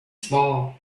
small